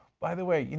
by the way,